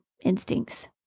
instincts